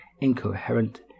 incoherent